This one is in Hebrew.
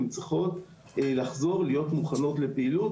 הן צריכות לחזור להיות מוכנות לפעילות,